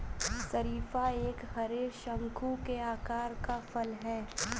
शरीफा एक हरे, शंकु के आकार का फल है